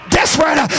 desperate